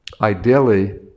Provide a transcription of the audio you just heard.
ideally